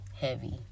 heavy